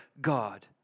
God